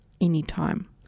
Anytime